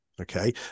okay